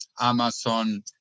Amazon